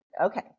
Okay